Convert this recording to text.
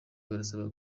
barasabwa